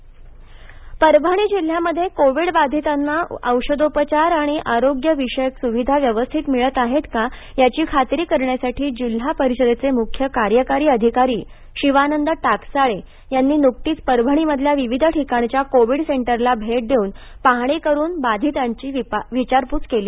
परभणी पहाणी परभणी जिल्ह्यामध्ये कोविड बाधिताना औषधोपचार आणि आरोग्य विषयक सुविधा व्यवस्थित मिळत आहेत का याची खात्री करण्यासाठी जिल्हा परिषदचे मुख्य कार्यकारी अधिकारी शिवानंद टाकसाळे यांनी नुकतीच परभणी मधल्या विविध ठिकाणच्या कोविड सेंटरला भेट देवून पाहणी करून बाधितांची विचारपूस केली